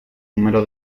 número